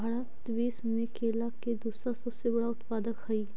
भारत विश्व में केला के दूसरा सबसे बड़ा उत्पादक हई